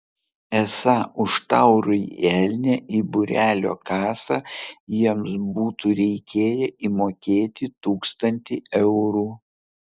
esą už taurųjį elnią į būrelio kasą jiems būtų reikėję įmokėti tūkstantį eurų